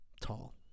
tall